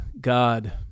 God